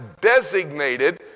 designated